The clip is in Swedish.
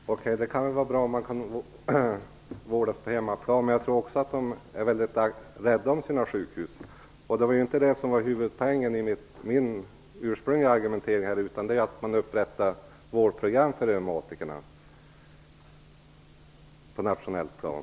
Fru talman! Okej, det kan väl vara bra om man kan vårdas på hemmaplan. Men jag tror också att reumatikerna är väldigt rädda om sina sjukhus. Det var inte det som var huvudpoängen i min ursprungliga argumentering, utan det var att man borde upprätta vårdprogram för reumatiker på ett nationellt plan.